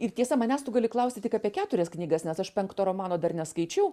ir tiesa manęs tu gali klausti tik apie keturias knygas nes aš penkto romano dar neskaičiau